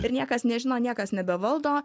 ir niekas nežino niekas nebevaldo